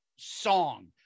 Song